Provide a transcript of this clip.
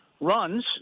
runs